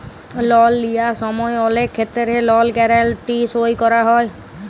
লল লিঁয়ার সময় অলেক খেত্তেরে লল গ্যারেলটি সই ক্যরা হয়